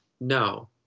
No